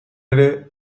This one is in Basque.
ere